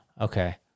Okay